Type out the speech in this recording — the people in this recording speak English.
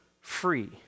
free